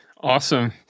Awesome